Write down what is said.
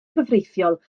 cyfreithiol